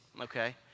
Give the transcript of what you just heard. okay